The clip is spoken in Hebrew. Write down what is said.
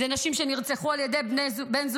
הן נשים שנרצחו על ידי בן זוגן,